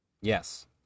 Yes